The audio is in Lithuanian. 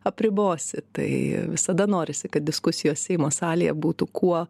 apribosi tai visada norisi kad diskusijos seimo salėje būtų kuo